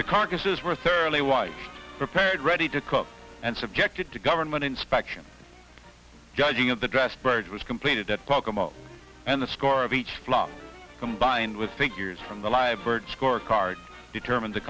the carcasses were thoroughly wife prepared ready to cook and subjected to government inspection judging of the dress birds was completed at pocono and the score of each flock combined with figures from the live bird score card determines the